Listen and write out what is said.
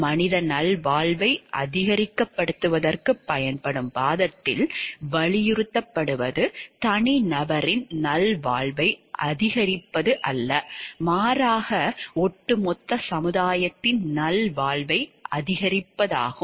மனித நல்வாழ்வை அதிகப்படுத்துவதற்குப் பயன்படும் வாதத்தில் வலியுறுத்தப்படுவது தனிநபரின் நல்வாழ்வை அதிகரிப்பது அல்ல மாறாக ஒட்டுமொத்த சமுதாயத்தின் நல்வாழ்வை அதிகரிப்பதாகும்